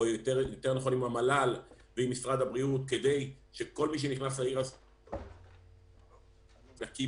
או יותר נכון עם המל"ל ועם משרד הבריאות כדי שכל מי שנכנס לעיר יהיה נקי